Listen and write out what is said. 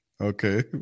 Okay